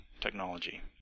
technology